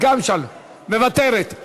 מוותרת.